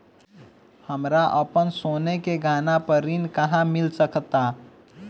हमरा अपन सोने के गहना पर ऋण कहां मिल सकता?